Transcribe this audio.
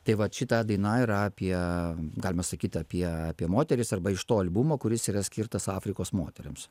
tai vat šita daina yra apie galima sakyt apie apie moteris arba iš to albumo kuris yra skirtas afrikos moterims